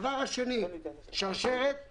שנית, שרשרת הדבקות.